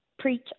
preach